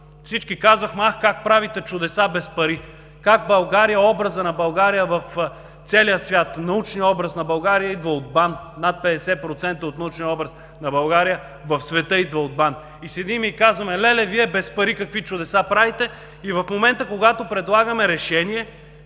Всички казвахме: „Ах, как правите чудеса без пари!“. Как България, образът на България в целия свят, научният образ на България идва от БАН. Над 50% от научния образ на България в света идва от БАН. Седим и казваме: „Леле, Вие без пари какви чудеса правите!“ и в момента, когато предлагаме решение,